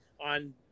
on